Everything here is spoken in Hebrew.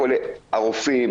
הרופאים,